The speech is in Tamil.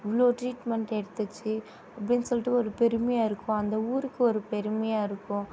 இவ்வளோ ட்ரீட்மெண்ட் எடுத்துச்சு அப்படின்னு சொல்லிட்டு ஒரு பெருமையாக இருக்கும் அந்த ஊருக்கு ஒரு பெருமையாக இருக்கும்